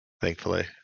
Thankfully